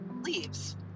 leaves